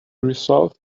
resolved